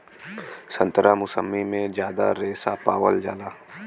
संतरा मुसब्बी में जादा रेशा पावल जाला